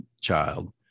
child